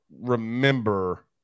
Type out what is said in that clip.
remember